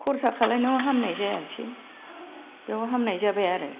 खरसा खालामनायाव हामनाय जायासै बेयाव हामनाय जाबाय आरो